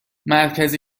مرکز